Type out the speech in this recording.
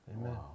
Amen